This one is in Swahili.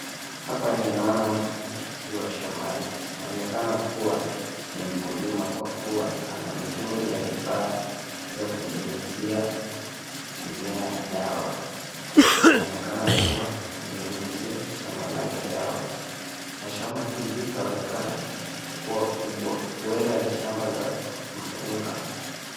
Hapa ninaona mtu akiwa shambani, anaonekana kuwa ni mkulima kwa kuwa ana mitungi na vifaa za kunyunyizia mimea dawa, anaonekana kuwa ananyunyizia shamba lake dawa, na shamba hili laonekana kuwa kubwa, huenda ni shamba za mpunga.